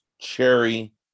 cherry